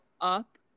up